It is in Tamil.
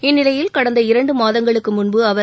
இந்நிலையில் கடந்த இரண்டு மாதங்களுக்கு முன்பு அவர்